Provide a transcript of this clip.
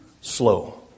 slow